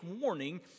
warning